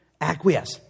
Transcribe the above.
Acquiesce